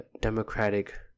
Democratic